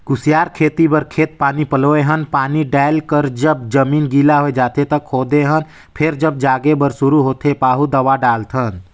कुसियार खेती बर खेत पानी पलोए हन पानी डायल कर जब जमीन गिला होए जाथें त खोदे हन फेर जब जागे बर शुरू होथे पाहु दवा डालथन